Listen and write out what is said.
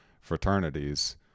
fraternities